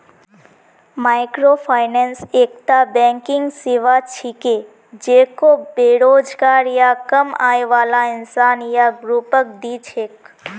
microfinance एकता banking सेवा छिके जेको बेरोजगार या कम आय बाला इंसान या ग्रुपक दी छेक